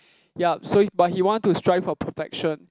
yup so he but he want to strive for perfection